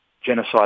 genocide